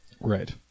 Right